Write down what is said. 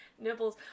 nipples